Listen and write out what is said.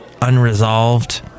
unresolved